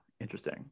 Interesting